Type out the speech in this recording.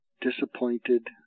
disappointed